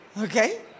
okay